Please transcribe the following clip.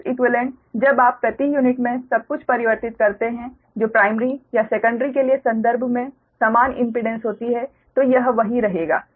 उस इक्वीवेलेंट जब आप प्रति यूनिट में सब कुछ परिवर्तित करते हैं जो प्राइमरी या सेकंडरी के लिए संदर्भ में समान इम्पीडेंस होती है तो यह वही रहेगा